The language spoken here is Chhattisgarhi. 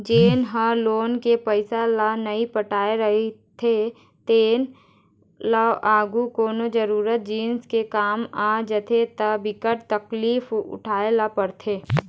जेन ह लोन के पइसा ल नइ पटाए राहय तेन ल आघु कोनो जरुरी जिनिस के काम आ जाथे त बिकट तकलीफ उठाए ल परथे